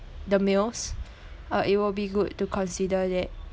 the meals uh it will be good to consider that